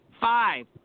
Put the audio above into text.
Five